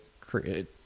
create